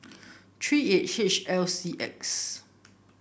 three eight H L C X